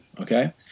okay